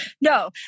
No